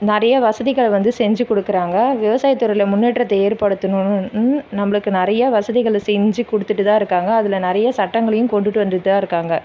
நிறைய வசதிகளை வந்து செஞ்சுக் கொடுக்குறாங்க விவசாயத் துறையில் முன்னேற்றத்தை ஏற்படுத்தணுன்னு நம்பளுக்கு நிறையா வசதிகளை செஞ்சு கொடுத்துட்டுதான் இருக்காங்க அதில் நிறைய சட்டங்களையும் கொண்டுகிட்டு வந்துகிட்டு தான் இருக்காங்க